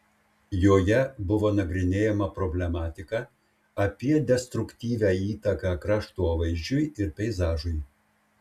joje buvo nagrinėjama problematika apie destruktyvią įtaką kraštovaizdžiui ir peizažui